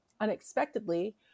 unexpectedly